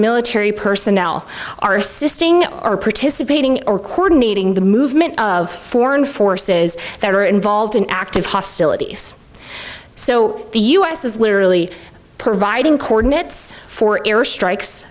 military personnel are assisting or participating according meeting the movement of foreign forces that are involved in active hostilities so the u s is literally providing cordon it's for air strikes